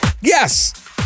Yes